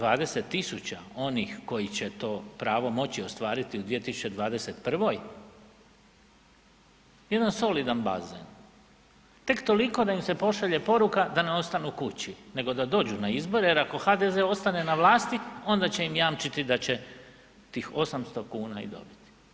20 000 onih koji će to pravo moći ostvariti u 2021. jedan solidan bazen, tek toliko da im se pošalje poruka da ne ostanu kući nego da dođu na izbore jer ako HDZ ostane na vlasti onda će im jamčiti da će tih 800,00 kn i dobiti.